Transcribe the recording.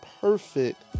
perfect